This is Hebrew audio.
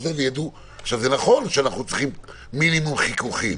זה נכון שאנחנו צריכים מינימום חיכוכים,